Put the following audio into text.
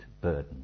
burden